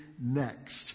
next